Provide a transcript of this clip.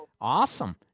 Awesome